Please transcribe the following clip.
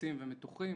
לחוצים ומתוחים,